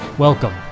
Welcome